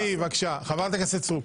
אורית סטרוק,